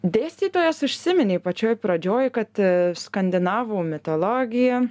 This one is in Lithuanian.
dėstytojas užsiminė pačioj pradžioj kad skandinavų mitologija